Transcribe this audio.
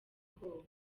ubwoba